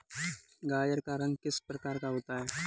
गाजर का रंग किस प्रकार का होता है?